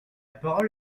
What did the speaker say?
parole